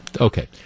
Okay